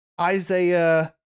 Isaiah